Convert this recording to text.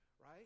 right